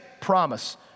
promise